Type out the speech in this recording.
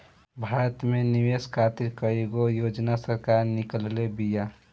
भारत में निवेश खातिर कईगो योजना सरकार निकलले बिया